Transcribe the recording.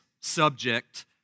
subject